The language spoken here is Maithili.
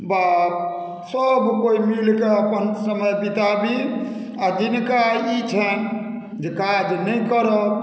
बाप सभ केओ मिलके अपन समय बिताबी आ जिनका ई छनि जे काज नहि करब